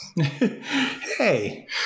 Hey